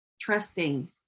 trusting